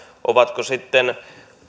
ovatko sitten